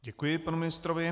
Děkuji panu ministrovi.